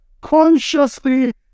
consciously